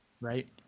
right